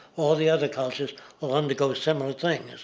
all the other cultures will undergo similar things.